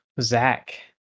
zach